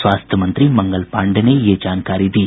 स्वास्थ्य मंत्री मंगल पांडेय ने ये जानकारी दी